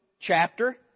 chapter